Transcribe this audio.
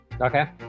okay